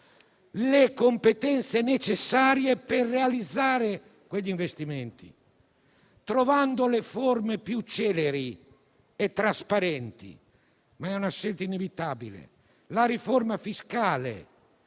le competenze necessarie per realizzare quegli investimenti, trovando le forme più celeri e trasparenti. È una scelta inevitabile. Serve, inoltre,